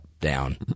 down